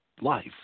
life